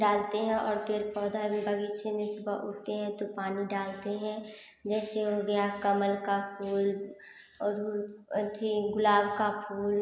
डालते हैं और पेड़ पौधा भी बगीचे में सुबह उठते हैं तो पानी डालते हैं जैसे हो गया कमल का फूल और अथी गुलाब का फूल